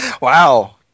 Wow